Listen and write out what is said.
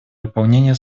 выполнения